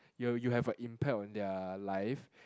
you'll you have a impact on their life